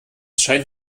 scheint